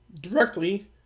directly